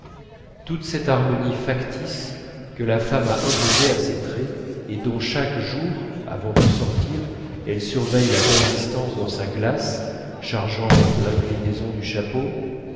toute cette harmonie factice que la femme a imposée à ses traits et dont chaque jour avant de sortir elle surveille la persistance dans sa glace changeant l'inclinaison du chapeau